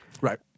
Right